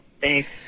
Thanks